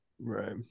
right